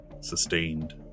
sustained